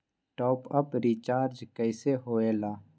Top up recharge कइसे होएला?